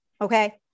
okay